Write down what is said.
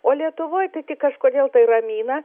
o lietuvoj tai tik kažkodėl tai ramina